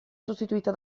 sostituita